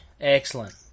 Excellent